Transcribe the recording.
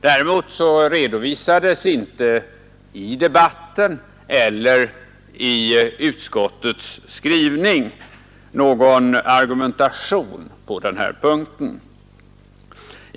Däremot redovisades inte i debatten eller i utskottets skrivning någon argumentation på denna punkt.